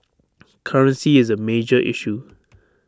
currency is A major issue